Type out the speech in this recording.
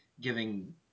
giving